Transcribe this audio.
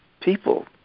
people